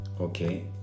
okay